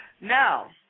Now